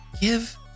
give